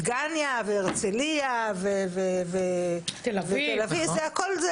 דגניה, הרצליה, תל אביב, הכל זה